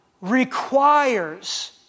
requires